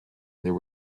there